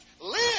live